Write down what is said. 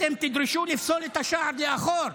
אתם תדרשו לפסול את השער לאחור,